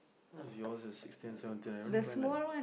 who is your has six ten seven ten I only find like